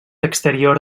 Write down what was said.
exterior